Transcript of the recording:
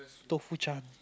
tofu chaat